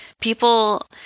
people